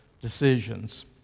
decisions